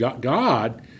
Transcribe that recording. God